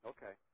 Okay